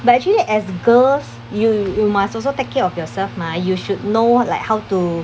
but actually as girls you you must also take care of yourself mah you should know like how to